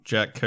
Jack